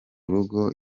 rugo